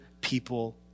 people